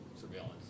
surveillance